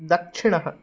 दक्षिणः